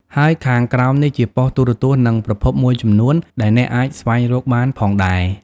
ហើយខាងក្រោមនេះជាប៉ុស្តិ៍ទូរទស្សន៍ និងប្រភពមួយចំនួនដែលអ្នកអាចស្វែងរកបានផងដែរ។